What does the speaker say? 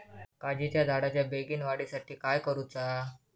काजीच्या झाडाच्या बेगीन वाढी साठी काय करूचा?